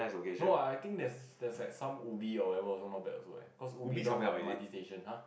no lah I think that's that's like some Ubi or ever also not bad what cause Ubi down got M_R_T station [huh]